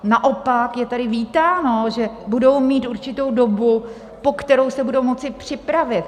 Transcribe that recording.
Naopak je tady vítáno, že budou mít určitou dobu, po kterou se budou moci připravit.